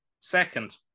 second